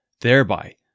thereby